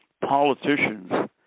politicians